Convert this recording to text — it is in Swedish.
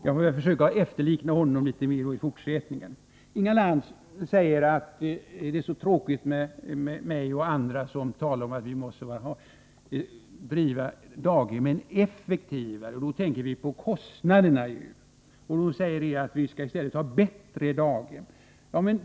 Jag får väl försöka efterlikna honom litet mera i fortsättningen. Inga Lantz säger att det är så tråkigt med mig och andra som talar om att vi måste driva daghemmen effektivare. Vi tänker då på kostnaderna. Hon säger att vi i stället skall ha bättre daghem.